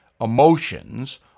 emotions